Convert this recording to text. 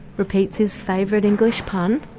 repeats his favourite english pun,